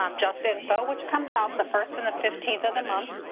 um justinfo, which comes out the first and the fifteenth of the month,